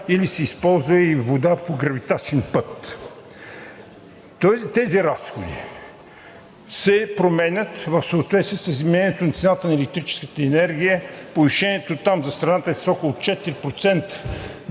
или се използва и вода по гравитачен път. Тези разходи се променят в съответствие с изменението на цената на електрическата енергия. Повишението там за страната е с около 4%.